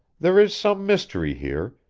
there is some mystery here,